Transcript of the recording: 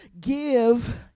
give